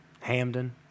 hamden